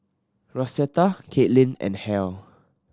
Rosetta Kaitlyn and Halle